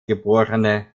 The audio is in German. geb